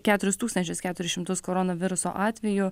keturis tūkstančius keturis šimtus koronaviruso atvejų